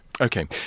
Okay